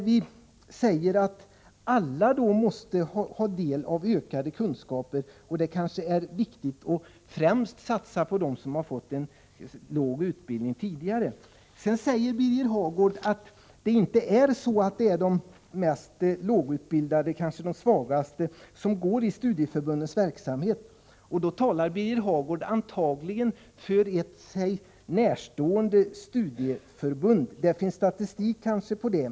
Vi säger att alla måste få del av ökade kunskaper och att det kanske är viktigast att satsa på dem som tidigare har fått en låg utbildning. Birger Hagård påstår också att det inte är de svagaste och lågutbildade som deltar i studieförbundens verksamhet. Då talar Birger Hagård antagligen för ett honom närstående studieförbund. Det finns kanske statistik på det.